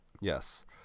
Yes